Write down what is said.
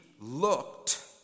looked